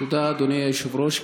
תודה, אדוני היושב-ראש.